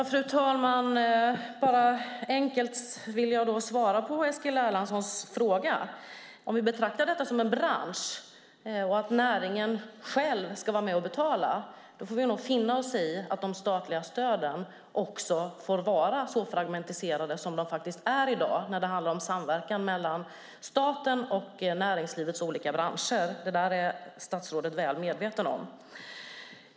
Fru talman! Jag ska svara på Eskil Erlandssons fråga. Om vi betraktar detta som en bransch och att näringen själv ska vara med och betala får vi nog finna oss i att de statliga stöden också får vara så fragmentiserade som de faktiskt är i dag när det handlar om samverkan mellan staten och näringslivets olika branscher. Detta är statsrådet väl medveten om.